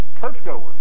Churchgoers